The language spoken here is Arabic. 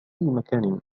مكان